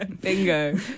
Bingo